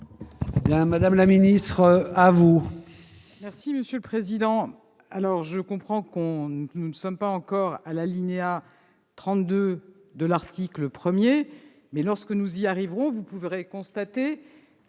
Madame la ministre, vous